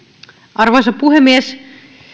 arvoisa puhemies